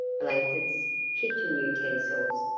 blankets kitchen utensils,